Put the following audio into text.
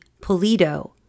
Polito